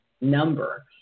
number